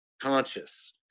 conscious